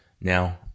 Now